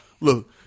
look